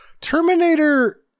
Terminator